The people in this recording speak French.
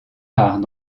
rares